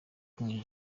king